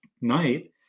night